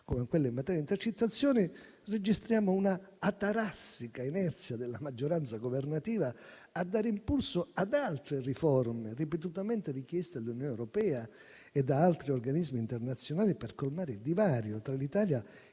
come quella in materia di intercettazioni, registriamo un'atarassica inerzia della maggioranza governativa a dare impulso ad altre riforme ripetutamente richieste dall'Unione europea e da altri organismi internazionali per colmare il divario tra l'Italia e